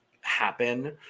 happen